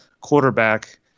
quarterback